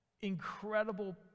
incredible